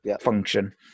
function